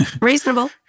reasonable